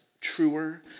truer